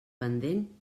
pendent